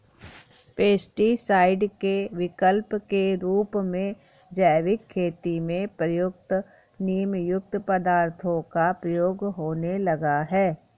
pesticide के विकल्प के रूप में जैविक खेती में प्रयुक्त नीमयुक्त पदार्थों का प्रयोग होने लगा है